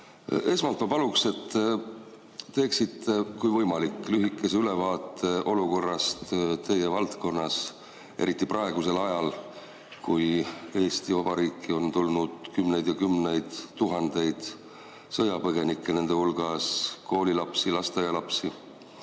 Esmalt ma paluksin, et te teeksite, kui võimalik, lühikese ülevaate olukorrast teie valdkonnas, eriti praegusel ajal, kui Eesti Vabariiki on tulnud kümneid ja kümneid tuhandeid sõjapõgenikke, nende hulgas koolilapsi, lasteaialapsi.